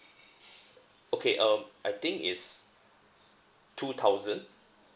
okay um I think is two thousand